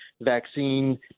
vaccine